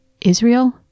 israel